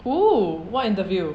oo what interview